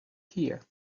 here